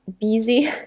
busy